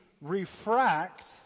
refract